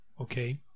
okay